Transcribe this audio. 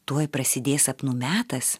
tuoj prasidės sapnų metas